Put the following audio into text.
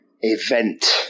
event